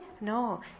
No